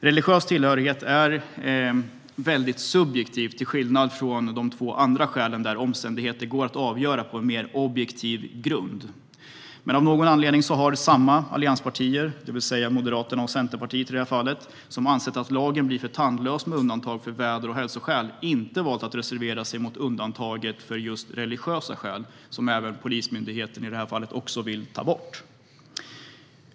Religiös tillhörighet är subjektivt, till skillnad från de två andra skälen, där omständigheter går att avgöra på en mer objektiv grund. Men av någon anledning har samma allianspartier, det vill säga Moderaterna och Centerpartiet, som har ansett att lagen blir för tandlös med undantag för väder och hälsoskäl inte valt att reservera sig mot undantaget för religiösa skäl - som även Polismyndigheten vill ta bort.